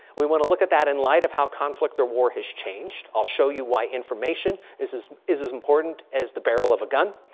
we want to look at that in light of how conflict or war has changed. i'll show you why information is is as important as the barrel of a gun.